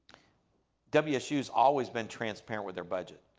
wsu has always been transparent with their budget.